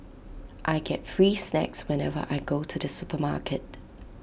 I get free snacks whenever I go to the supermarket